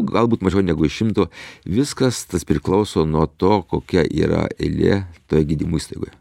galbūt mažiau negu iš šimto viskas priklauso nuo to kokia yra eilė toje gydymo įstaigoje